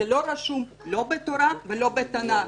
זה לא רשום לא בתורה ולא בתנ"ך.